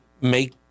make